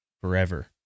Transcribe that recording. forever